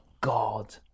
God